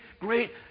great